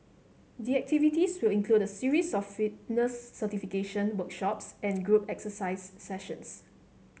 the activities will include a series of fitness certification workshops and group exercise sessions